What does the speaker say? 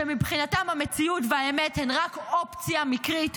שמבחינתם המציאות והאמת הן רק אופציה מקרית,